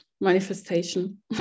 manifestation